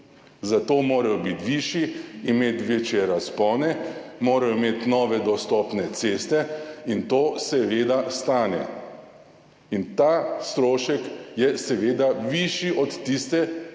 zato morajo biti višji, imeti večje razpone, morajo imeti nove dostopne ceste in to seveda stane. In ta strošek je seveda višji od tiste,